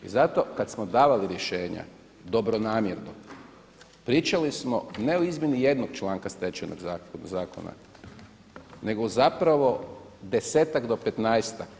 I zato kad smo davali rješenja dobronamjerno pričali smo ne o izmjeni jednog članka Stečajnog zakona, nego zapravo desetak do petnaestak.